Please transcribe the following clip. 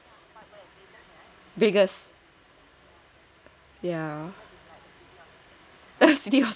Vegas yeah